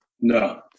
No